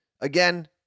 again